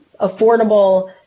affordable